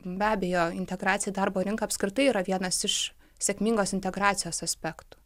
be abejo integracija į darbo rinką apskritai yra vienas iš sėkmingos integracijos aspektų